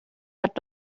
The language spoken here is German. hat